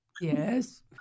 Yes